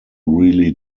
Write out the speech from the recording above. really